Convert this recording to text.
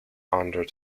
under